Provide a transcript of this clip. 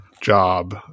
job